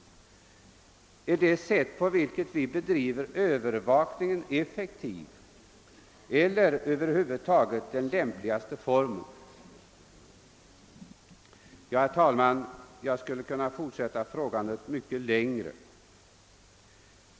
Är det sätt på vilket vi bedriver övervakning effektivt eller över huvud taget den lämpligaste formen? Ja, herr talman, jag skulle kunna fortsätta frågandet mycket längre.